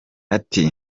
ati